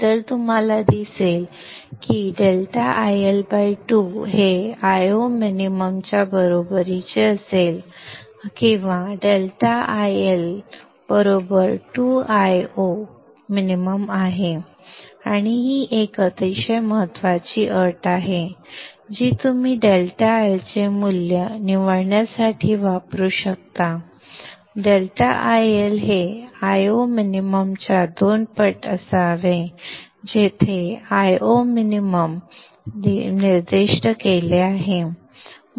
तर तुम्हाला दिसेल की ∆IL 2 हे Io minimum च्या बरोबरीचे असेल किंवा ∆IL 2Io किमान आहे आणि ही एक अतिशय महत्वाची अट आहे जी तुम्ही ∆IL चे मूल्य निवडण्यासाठी वापरू शकता ∆IL हे Io मिनिममच्या दोन पट असावे जेथे Io किमान निर्दिष्ट केले आहे